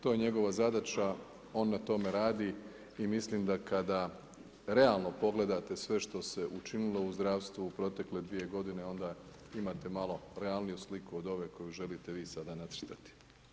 To je njegova zadaća, on na tome radi i mislim da kada realno pogledate sve što se učinilo u zdravstvu u protekle 2 g., onda imate malo realniju sliku od ove koju želite vi sada nacrtati.